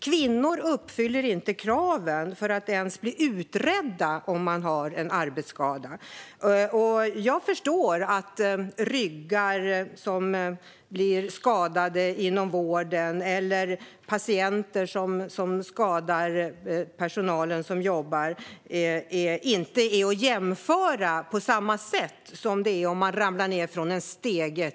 Kvinnor uppfyller inte kraven för att ens bli utredda när det gäller huruvida de har en arbetsskada. Jag förstår att ryggar som blir skadade inom vården eller patienter som skadar den personal som jobbar inte är att jämföra med någon som till exempel ramlar ned från en stege.